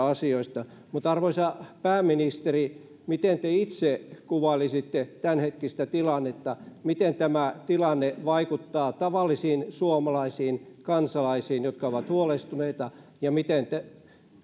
asioista mutta arvoisa pääministeri miten te itse kuvailisitte tämänhetkistä tilannetta miten tämä tilanne vaikuttaa tavallisiin suomalaisiin kansalaisiin jotka ovat huolestuneita ja miten